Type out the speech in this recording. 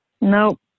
Nope